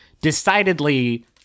decidedly